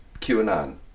QAnon